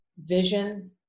vision